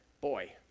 boy